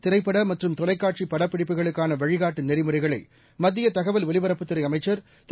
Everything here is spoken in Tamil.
திரைப்படமற்றும் தொலைக்காட்சிபடப்பிடிப்புகளுக்கானவழிகாட்டுநெறிமுறைகளைமத்தியதகவல் ஒலிபரப்புத்துறைஅமைச்சர் திரு